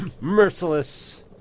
merciless